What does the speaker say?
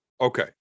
Okay